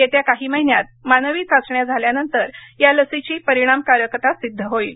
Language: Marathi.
येत्या काही महिन्यात मानवी चाचण्या झाल्यानंतर या लसीची परिणामकारकता सिद्ध होईल